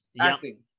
acting